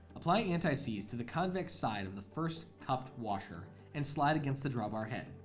apply anti-seize to the convex side of the first cupped washer, and slide against the drawbar head.